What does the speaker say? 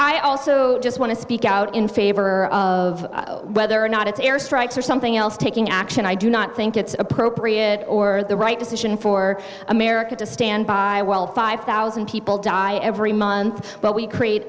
i also just want to speak out in favor of whether or not it's airstrikes or something else taking action i do not think it's appropriate or the right decision for america to stand by while five thousand people die every month but we create